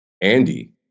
Andy